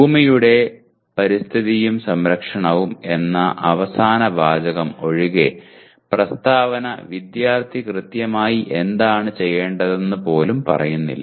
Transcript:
ഭൂമിയുടെ പരിസ്ഥിതിയും സംരക്ഷണവും എന്ന അവസാന വാചകം ഒഴികെ പ്രസ്താവന വിദ്യാർത്ഥി കൃത്യമായി എന്താണ് ചെയ്യേണ്ടതെന്ന് പോലും പറയുന്നില്ല